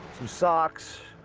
some socks,